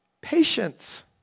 patience